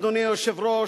אדוני היושב-ראש,